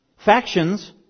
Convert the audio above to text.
Factions